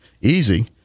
easy